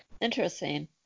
Interesting